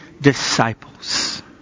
disciples